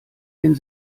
den